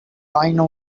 rhino